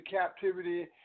captivity